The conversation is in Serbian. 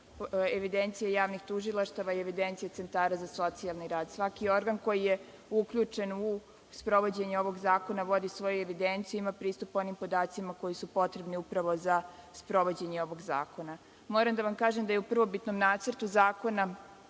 evidencije javnih tužilaštava i evidencija centara za socijalni rad. Svaki organ koji je uključen u sprovođenje ovog zakona vodi svoju evidenciju, ima pristup onim podacima koji su potrebni upravo za sprovođenje ovog zakona. Moram da vam kažem da je u prvobitnom nacrtu zakona